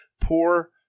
Poor